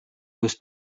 was